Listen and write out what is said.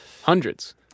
Hundreds